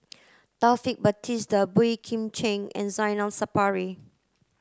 Taufik Batisah Boey Kim Cheng and Zainal Sapari